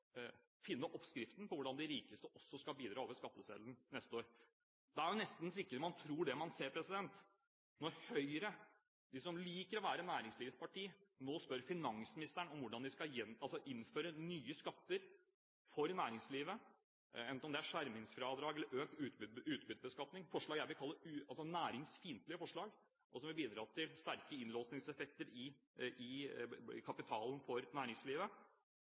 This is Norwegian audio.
finne oppskriften på hvordan de rikeste også skal bidra over skatteseddelen neste år. Det er nesten så man ikke tror det man ser, når Høyre, som liker å være et næringslivsparti, nå spør finansministeren om hvordan de skal innføre nye skatter for næringslivet, enten det er skjermingsfradrag eller økt utbyttebeskatning, altså næringsfiendtlige forslag, som vil bidra til sterke innlåsingseffekter i kapitalen for næringslivet.